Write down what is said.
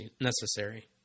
necessary